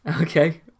Okay